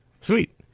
Sweet